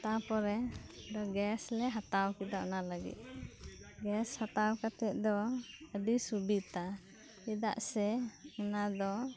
ᱛᱟᱨᱯᱚᱨᱮ ᱜᱮᱥ ᱞᱮ ᱦᱟᱛᱟᱣ ᱠᱮᱫᱟ ᱚᱱᱟ ᱞᱟᱹᱜᱤᱫ ᱜᱮᱥ ᱦᱟᱛᱟᱣ ᱠᱟᱛᱮᱫ ᱫᱚ ᱟᱹᱰᱤ ᱥᱩᱵᱤᱫᱷᱟ ᱪᱮᱫᱟᱜ ᱥᱮ ᱚᱱᱟᱫᱚ